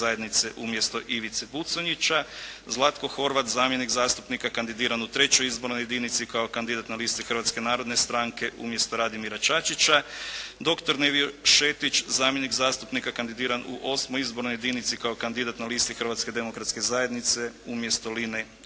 Zlatko Horvat zamjenik zastupnika kandidiran u III. izbornoj jedinici kao kandidat na listi Hrvatske narodne stranke umjesto Radimira Čačića, doktor Nevio Šetić zamjenik zastupnika kandidiran u VIII. izbornoj jedinici kao kandidat na listi Hrvatske demokratske zajednice umjesto Line Červara,